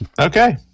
Okay